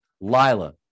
Lila